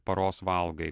paros valgai